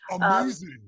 Amazing